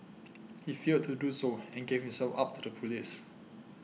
he failed to do so and gave himself up to the police